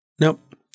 Nope